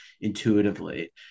intuitively